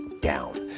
down